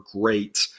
great